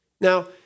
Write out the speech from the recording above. Now